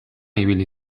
ibili